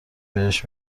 بهش